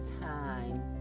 time